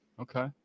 Okay